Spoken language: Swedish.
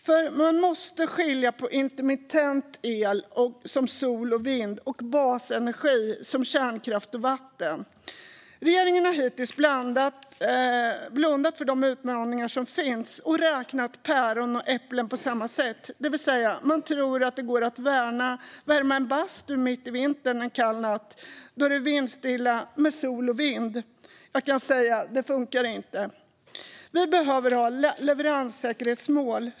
För man måste skilja på intermittent el som produceras av sol och vind och basenergi som produceras av kärnkraft och vatten. Regeringen har hittills blundat för de utmaningar som finns och räknat päron och äpplen på samma sätt, det vill säga att man tror att det går att värma en bastu med sol och vind mitt i vintern en kall natt då det är vindstilla. Jag kan säga att det inte funkar. Vi behöver ha leveranssäkerhetsmål.